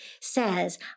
says